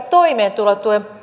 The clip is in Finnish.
toimeentulotuen